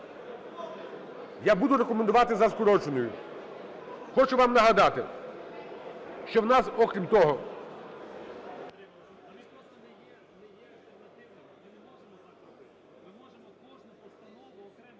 Я буду рекомендувати – за скороченою. Хочу вам нагадати, що в нас, окрім того…